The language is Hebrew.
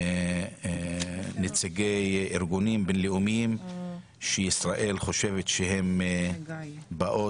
כניסה של נציגי ארגונים בינלאומיים שישראל חושבת שבאים